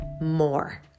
more